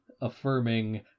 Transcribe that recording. affirming